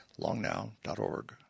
longnow.org